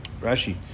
Rashi